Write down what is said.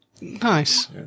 Nice